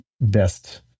best